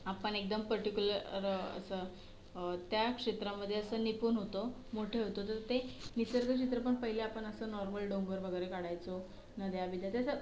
आपण एकदम पर्टिक्युलर असं त्या क्षेत्रामध्ये असं निपुण होतो मोठे होतो तर ते निसर्गचित्र पण पहिले आपण असं नॉर्मल डोंगर वगैरे काढायचो नद्या बिद्या तर असं